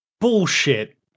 bullshit